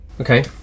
Okay